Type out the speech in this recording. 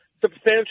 substantial